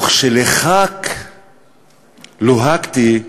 וכשלחבר כנסת לוהקתי,